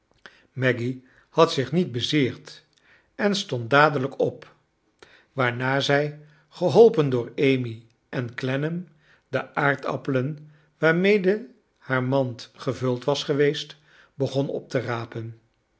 maggy had zich niet bezeerd en stond dadelijk op waarna zij gebolpen door amy en clennam de aardappelen waarraede hare mand gevuld was geweest begon op te rapen